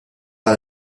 par